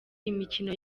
imikino